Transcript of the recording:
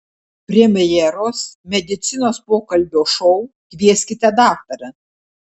premjeros medicinos pokalbių šou kvieskite daktarą